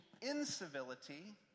incivility